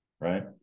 right